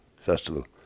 Festival